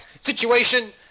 situation